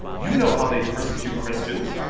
you know how they persecute christians.